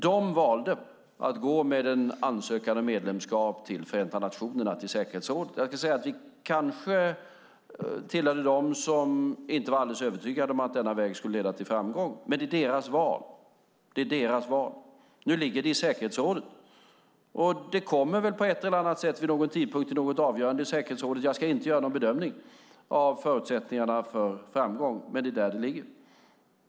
De valde att gå med en ansökan om medlemskap till Förenta nationerna - till säkerhetsrådet. Jag kan säga att vi kanske tillhör dem som inte var alldeles övertygade om att denna väg skulle leda till framgång. Men det är deras val. Nu ligger det i säkerhetsrådet. Det kommer väl på ett eller annat sätt vid någon tidpunkt till något avgörande i säkerhetsrådet. Jag ska inte göra någon bedömning av förutsättningarna för framgång, men det är där det ligger.